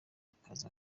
akazi